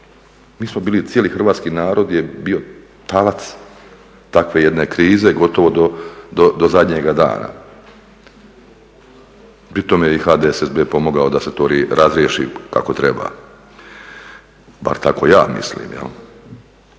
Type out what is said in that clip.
Mi smo bili, cijeli hrvatski narod je bio talac takve jedne krize gotovo do zadnjega dana. Pri tome je i HDSSB pomogao da se to razriješi kako treba, bar tako ja mislim. O